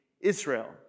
Israel